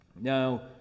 Now